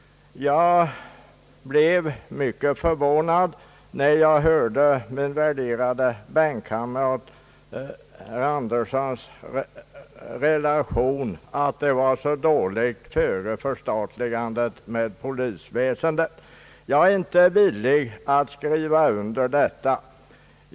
Jag blev mycket förvånad av min bänkkamrat herr Anderssons yttrande att det var så dåligt ställt för polisväsendet före förstatligandet. Jag vill inte gå med på detta.